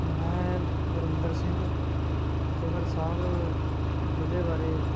ਮੈਂ ਬਰਿੰਦਰ ਸਿੰਘ ਫਤਿਹਗੜ੍ਹ ਸਾਹਿਬ ਜਿਲ੍ਹੇ ਬਾਰੇ